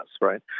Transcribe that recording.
right